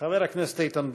חבר הכנסת איתן ברושי,